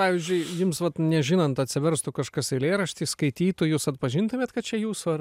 pavyzdžiui jums vat nežinant atsiverstų kažkas eilėraštį skaitytų jūs atpažintumėt kad čia jūsų